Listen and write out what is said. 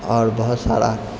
आओरर बहुत सारा